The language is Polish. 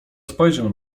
spojrzę